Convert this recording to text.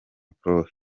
prof